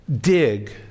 dig